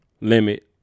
limit